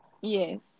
Yes